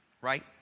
right